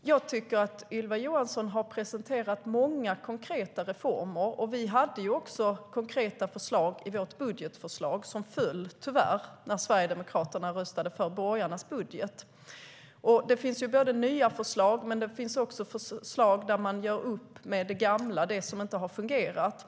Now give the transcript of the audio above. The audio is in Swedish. Jag tycker att Ylva Johansson har presenterat många konkreta reformer, och vi hade också konkreta förslag i det budgetförslag som tyvärr föll när Sverigedemokraterna röstade för borgarnas budget. Det finns både nya förslag och förslag där man gör upp med det gamla, alltså det som inte har fungerat.